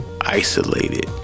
isolated